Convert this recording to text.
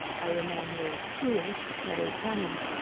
i remain, yours truly, mary turnham.